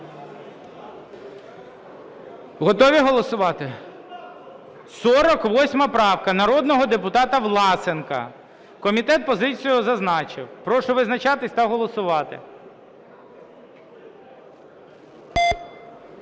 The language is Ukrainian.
Готові голосувати? 48 правка народного депутата Власенка. Комітет позицію зазначив. Прошу визначатися та голосувати.